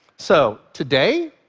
so today,